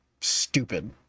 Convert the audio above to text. stupid